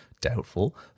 doubtful